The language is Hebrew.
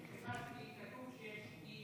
בבקשה, אדוני.